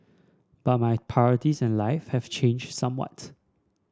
but my priorities in life have changed somewhat